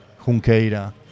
Junqueira